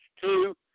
Two